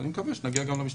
אני מקווה שנגיע גם למשטרה.